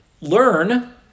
learn